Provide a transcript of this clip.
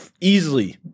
Easily